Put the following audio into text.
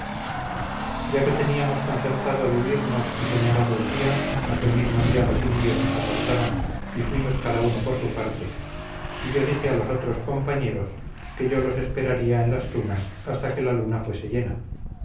ya que teníamos concertado de huirnos y señalado el día aquel mismo día los indios nos apartaron y fuimos cada uno por su parte y yo dije a los otros compañeros que yo los esperaría en las tunas hasta que la luna fuese llena